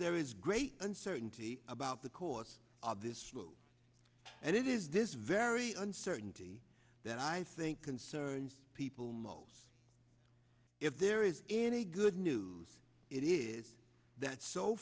there is great uncertainty about the cause of this flu and it is this very uncertainty that i think concerns people most if there is any good news it is that so